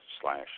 slash